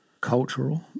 cultural